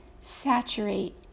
saturate